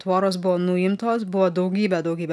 tvoros buvo nuimtos buvo daugybė daugybė